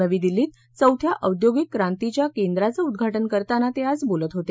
नवी दिल्लीत चौथ्या औद्योगिक क्रांतीच्या केंद्राचं उद्घाटन करताना ते आज बोलत होते